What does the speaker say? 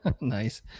Nice